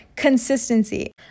consistency